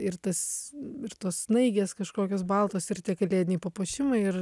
ir tas ir tos snaigės kažkokios baltos ir tie kalėdiniai papuošimai ir